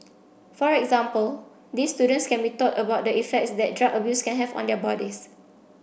for example these students can be taught about the effects that drug abuse can have on their bodies